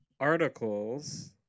articles